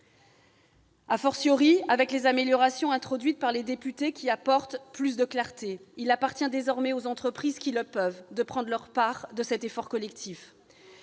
plafonnement, avec les améliorations introduites par nos collègues députés, qui apportent davantage de clarté. Il appartient désormais aux entreprises qui le peuvent de prendre leur part de cet effort collectif.